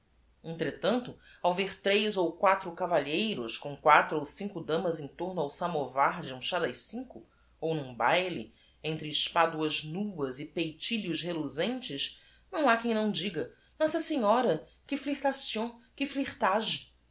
o ao v e r tres ou quatro cavalheiros com quatro ou cinco damas em torno ao samovar de um chá das cinco ou n u m baile entre espaduas núas e p e i t i l h o s re luzentes não ha quem não diga ossa enhora ue f l i